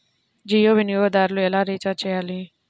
జియో వినియోగదారులు ఎలా రీఛార్జ్ చేయాలి?